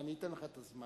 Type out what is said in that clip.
ואני אתן לך את הזמן,